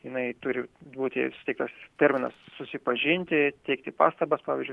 jinai turi būti tikras terminas susipažinti teikti pastabas pavyzdžiui